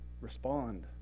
respond